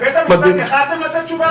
לבית המשפט יכולתם לתת תשובה?